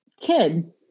kid